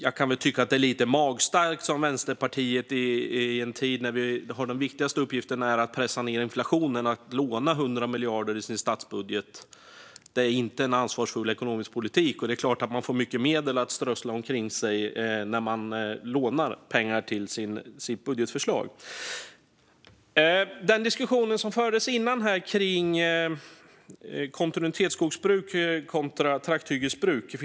Jag kan tycka att det i en tid när den viktigaste uppgiften är att pressa ned inflationen är lite magstarkt att, som Vänsterpartiet, låna 100 miljarder i sin statsbudget. Det är inte en ansvarsfull ekonomisk politik. Och det är klart att man får mycket medel att strössla omkring sig när man lånar pengar till sitt budgetförslag. Det fördes en diskussion här kring kontinuitetsskogsbruk kontra trakthyggesbruk.